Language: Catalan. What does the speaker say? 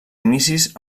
inicis